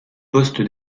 poste